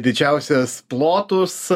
didžiausias plotus